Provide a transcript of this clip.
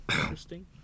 interesting